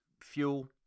Fuel